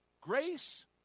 grace